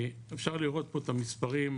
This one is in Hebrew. אפשר לראות פה את המספרים,